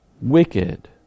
wicked